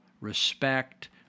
respect